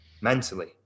mentally